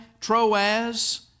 Troas